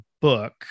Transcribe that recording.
book